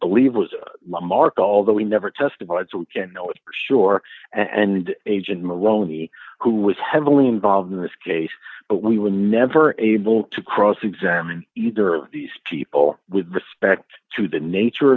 believe was mark although he never testified to can know it sure and agent maloney who was heavily involved in this case but we were never able to cross examine either of these people with respect to the nature